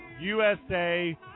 USA